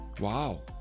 Wow